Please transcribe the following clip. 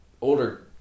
older